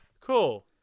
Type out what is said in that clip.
cool